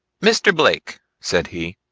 mr. blake, said he,